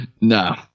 No